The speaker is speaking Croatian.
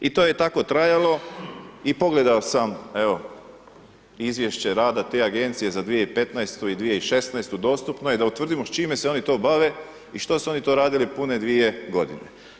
I to je tako trajalo i pogledao sam evo izvješće rada te agencije za 2015. i 2016. dostupno je da utvrdimo s čime se oni to bave i što su oni to radili pune 2 godine.